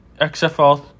XFL